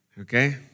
Okay